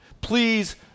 Please